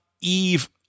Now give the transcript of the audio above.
Eve